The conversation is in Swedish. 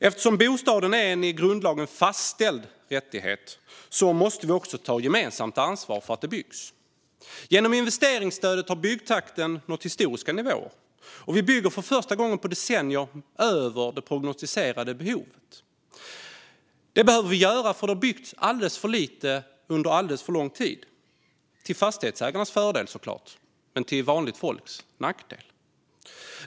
Eftersom bostaden är en i grundlagen fastställd rättighet måste vi ta gemensamt ansvar för att det byggs. Genom investeringsstödet har byggtakten nått historiska nivåer, och vi bygger för första gången på decennier över det prognostiserade behovet. Det behöver vi göra, för det har byggts alldeles för lite under alldeles för lång tid - till fastighetsägarnas fördel, såklart, men till vanligt folks nackdel.